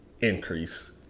increase